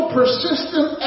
persistent